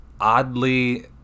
oddly